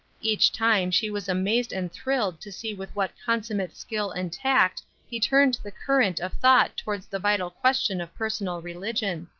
each time she was amazed and thrilled to see with what consummate skill and tact he turned the current of thought towards the vital question of personal religion.